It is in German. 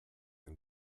ein